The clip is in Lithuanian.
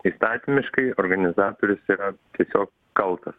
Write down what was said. įstatymiškai organizatorius yra tiesiog kaltas